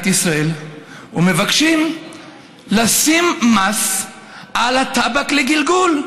ישראל ומבקשים לשים מס על הטבק לגלגול.